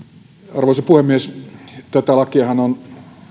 arvoisa puhemies tätä lakiahan on